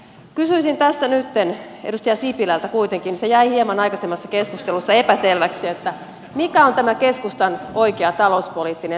kysyisin tässä nytten edustaja sipilältä kuitenkin se jäi hieman aikaisemmassa keskustelussa epäselväksi mikä on tämä keskustan oikea talouspoliittinen linja